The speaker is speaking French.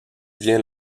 vient